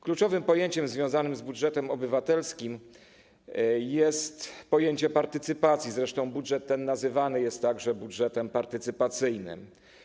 Kluczowym pojęciem związanym z budżetem obywatelskim jest pojęcie partycypacji, zresztą budżet ten nazywany jest także budżetem partycypacyjnym.